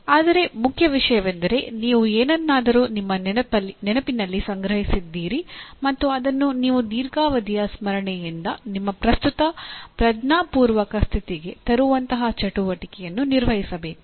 ಆದರೆ ಮುಖ್ಯ ವಿಷಯವೆಂದರೆ ನೀವು ಏನನ್ನಾದರೂ ನಿಮ್ಮ ನೆನಪಿನಲ್ಲಿ ಸಂಗ್ರಹಿಸಿದ್ದೀರಿ ಮತ್ತು ಅದನ್ನು ನೀವು ದೀರ್ಘಾವಧಿಯ ಸ್ಮರಣೆಯಿಂದ ನಿಮ್ಮ ಪ್ರಸ್ತುತ ಪ್ರಜ್ಞಾಪೂರ್ವಕ ಸ್ಥಿತಿಗೆ ತರುವಂತಹ ಚಟುವಟಿಕೆಯನ್ನು ನಿರ್ವಹಿಸಬೇಕು